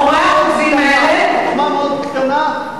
זו חוכמה מאוד קטנה,